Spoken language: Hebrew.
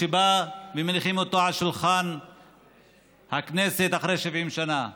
שבא ומניחים אותו על שולחן הכנסת אחרי 70 שנה?